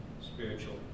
spiritual